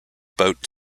boat